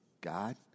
God